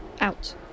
Out